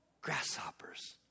grasshoppers